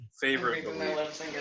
favorite